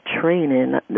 training